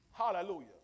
Hallelujah